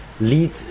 lead